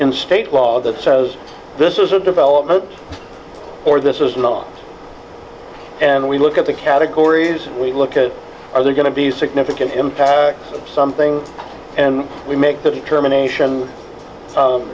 in state law that says this is a development or this is not and we look at the categories we look at are there going to be significant impacts of something and we make the determination